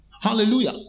Hallelujah